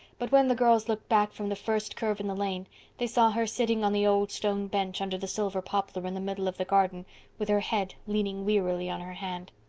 but when the girls looked back from the first curve in the lane they saw her sitting on the old stone bench under the silver poplar in the middle of the garden with her head leaning wearily on her hand.